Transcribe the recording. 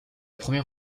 première